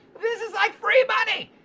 this is like free money!